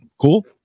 Cool